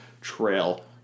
trail